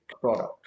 product